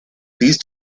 these